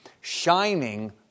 Shining